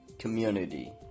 Community